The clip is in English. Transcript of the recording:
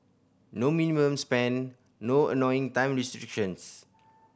no minimum spend no annoying time restrictions